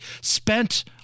spent